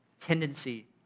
tendency